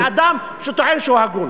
להגיד על אדם שטוען שהוא הגון.